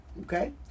okay